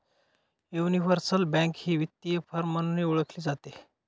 universal bank ही वित्तीय firm म्हणूनही ओळखली जाते